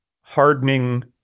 hardening